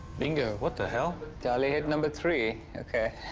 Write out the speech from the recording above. bingo. what the hell? dali hit number three. okay.